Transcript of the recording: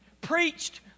preached